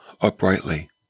uprightly